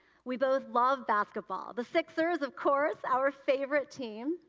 we both love basketball, the sixers, of course, our favorite team,